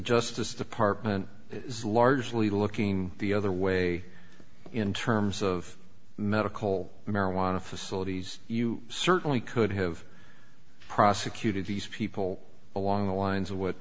justice department is largely looking the other way in terms of medical marijuana facilities you certainly could have prosecuted these people along the lines of what